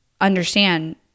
understand